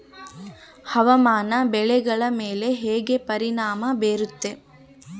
ಹವಾಮಾನ ಬೆಳೆಗಳ ಮೇಲೆ ಹೇಗೆ ಪರಿಣಾಮ ಬೇರುತ್ತೆ?